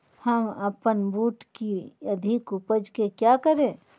हम अपन बूट की अधिक उपज के क्या करे?